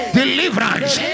deliverance